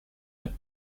met